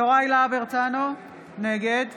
יוראי להב הרצנו, נגד